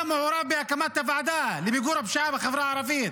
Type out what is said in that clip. היה מעורב בהקמת הוועדה למיגור הפשיעה בחברה הערבית.